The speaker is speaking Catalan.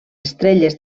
estrelles